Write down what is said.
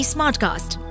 Smartcast